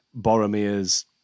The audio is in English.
Boromir's